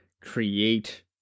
create